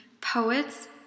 poets